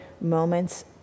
moments